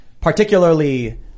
particularly